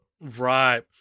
right